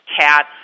cat